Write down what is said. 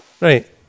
Right